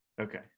okay